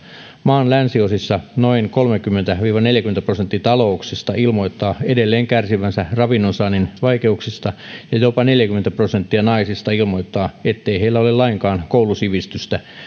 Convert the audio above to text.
maan länsiosissa noin kolmekymmentä viiva neljäkymmentä prosenttia talouksista ilmoittaa edelleen kärsivänsä ravinnonsaannin vaikeuksista ja jopa neljäkymmentä prosenttia naisista ilmoittaa ettei heillä ole lainkaan koulusivistystä